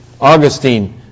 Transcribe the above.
Augustine